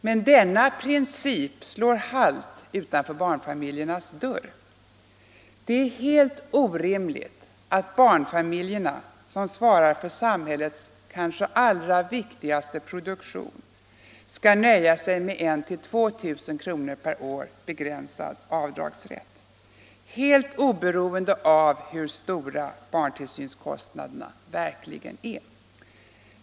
Men denna princip gör halt utanför barnfamiljens dörr. Det är helt orimligt att barnfamiljerna, som svarar för samhällets allra viktigaste produktion, skall nöja sig med en till 2 000 kr. per år begränsad avdragsrätt, helt oberoende av hur stora barntillsynskostnaderna verkligen är.